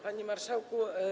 Panie Marszałku!